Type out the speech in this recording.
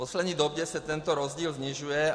V poslední době se tento rozdíl snižuje.